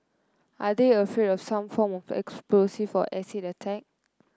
are they afraid of some form of explosive or acid attack